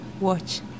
watch